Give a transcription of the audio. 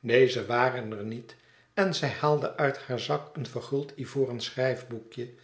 deze waren er niet en zij haaide uit haar zak een verguld ivoren schrijfboekje